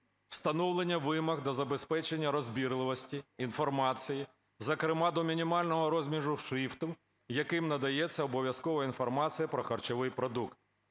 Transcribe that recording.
встановлення вимог до забезпечення розбірливості інформації, зокрема до мінімального розміру шрифту, яким надається обов'язкова інформація про харчовий продукт;